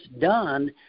done